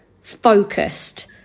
Focused